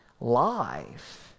life